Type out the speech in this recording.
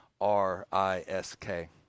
R-I-S-K